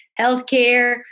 healthcare